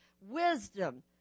wisdom